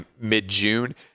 mid-June